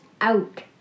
out